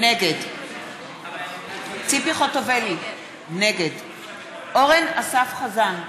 נגד ציפי חוטובלי, נגד אורן אסף חזן,